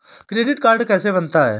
Credit card कैसे बनता है?